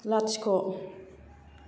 लाथिख'